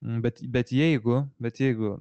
bet bet jeigu bet jeigu